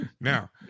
Now